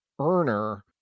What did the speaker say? earner